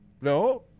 no